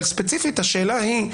אבל ספציפית השאלה היא,